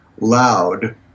loud